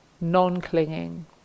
non-clinging